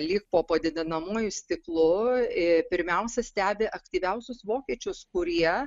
lyg po padidinamuoju stiklu ė pirmiausia stebi aktyviausius vokiečius kurie